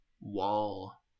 wall